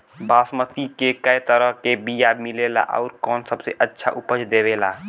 बासमती के कै तरह के बीया मिलेला आउर कौन सबसे अच्छा उपज देवेला?